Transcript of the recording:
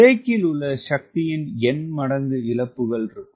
பிரேக்கில் உள்ள சக்தியின் n மடங்கு இழப்புகள் இருக்கும்